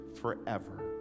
forever